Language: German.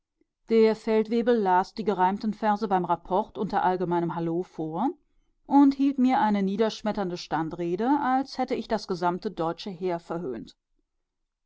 der feldwebel las die gereimten verse beim rapport unter allgemeinem hallo vor und hielt mir eine niederschmetternde standrede als hätte ich das gesamte deutsche heer verhöhnt